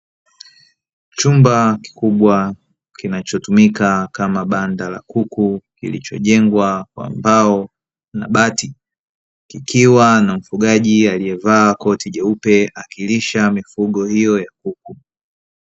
Chumba kikubwa kinachotumika kama banda la kuku kilichojengwa kwa mbao na bati, kikiwa na mfugaji aliyevaa koti jeupe akilisha mifugo hiyo ya kuku.